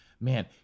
man